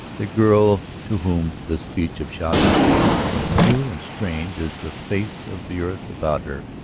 the girl, to whom the speech of chavez was something as new and strange as the face of the earth about her,